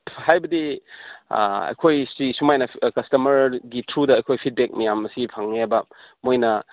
ꯍꯥꯏꯕꯗꯤ ꯑꯩꯈꯣꯏꯁꯤ ꯁꯨꯃꯥꯏꯅ ꯀꯁꯇꯃꯔꯒꯤ ꯊ꯭ꯔꯨꯗ ꯑꯩꯈꯣꯏ ꯐꯤꯠꯕꯦꯛ ꯃꯌꯥꯝ ꯑꯁꯤ ꯐꯪꯉꯦꯕ ꯃꯣꯏꯅ